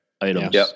Items